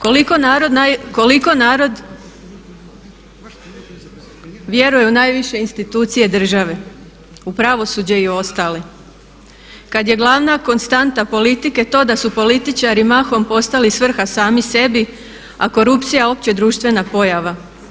Koliko narod vjeruje u najviše institucije države u pravosuđe i ostale, kada je glavna konstanta politike to da su političari mahom postali svrha sami sebi, a korupcija općedruštvena pojava.